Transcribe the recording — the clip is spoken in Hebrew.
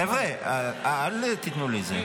חבר'ה, אל תיתנו לזה.